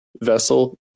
vessel